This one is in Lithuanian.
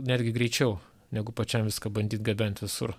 netgi greičiau negu pačiam viską bandyt gabent visur